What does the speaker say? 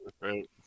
Right